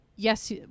Yes